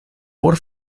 por